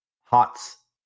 HOTS